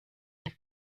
you